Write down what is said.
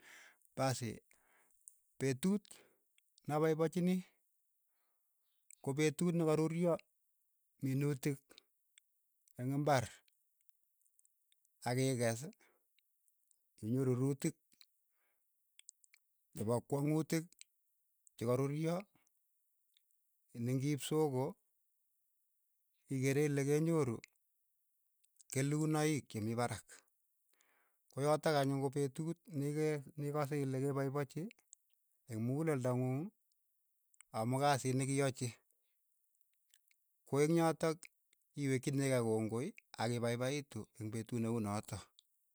Pasii, petuut na paipachinii ko petut ne ka ruryo minutik eng' imbar, ak ikees, inyoru ruutik che po kwang'utik, che ka ruryo ni ngi iip soko ikere ile kenyoru kelunoiik che mii parak, ko yatok anyun ko petuut neki ne kase ile ke paipachi eng' mukuleldo ng'uung amu kasiit ne kiyochi, ko eng' yotok iwekchini kei kongoi ak ipaipaitu eng' petut ne unotok.